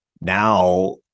Now